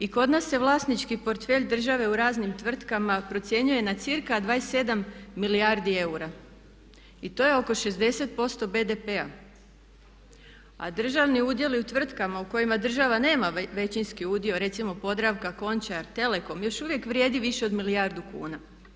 I kod nas se vlasnički portfelj države u raznim tvrtkama procjenjuje na cirka 27 milijardi eura i to je oko 60% BDP-a, a državni udjeli u tvrtkama u kojima država nema većinski udio recimo Podravka, Končar, Telekom još uvijek vrijedi više od milijardu kuna.